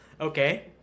Okay